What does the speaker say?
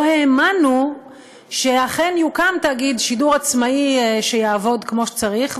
לא האמנו שאכן יוקם תאגיד שידור עצמאי שיעבוד כמו שצריך.